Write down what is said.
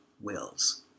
wills